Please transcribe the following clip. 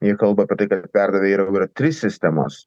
jie kalba apie tai kad perdavę yra jau yra tris sistemas